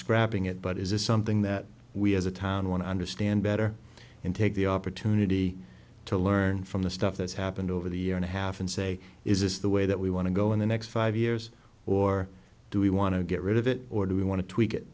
scrapping it but is this something that we as a town want to understand better and take the opportunity to learn from the stuff that's happened over the year and a half and say is this the way that we want to go in the next five years or do we want to get rid of it or do we want to tweak it